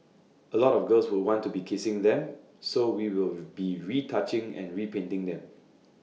A lot of girls would want to be kissing them so we will be retouching and repainting them